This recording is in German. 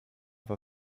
war